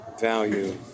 value